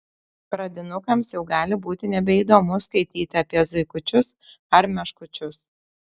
pradinukams jau gali būti nebeįdomu skaityti apie zuikučius ar meškučius